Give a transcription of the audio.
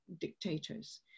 dictators